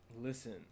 Listen